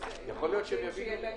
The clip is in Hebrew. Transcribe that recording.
הישיבה ננעלה